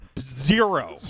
Zero